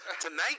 tonight